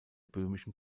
böhmischen